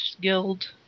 guild